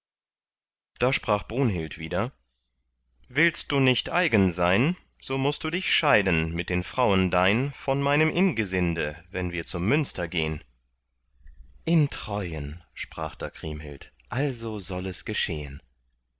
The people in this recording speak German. da sprach brunhild wieder willst du nicht eigen sein so mußt du dich scheiden mit den frauen dein von meinem ingesinde wenn wir zum münster gehn in treuen sprach da kriemhild also soll es geschehn